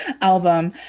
album